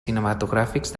cinematogràfics